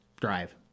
Drive